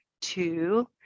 Two